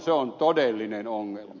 se on todellinen ongelma